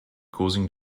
causing